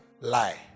Lie